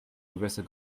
gewässer